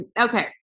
Okay